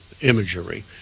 imagery